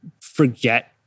forget